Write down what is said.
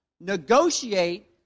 negotiate